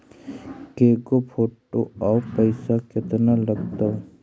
के गो फोटो औ पैसा केतना लगतै?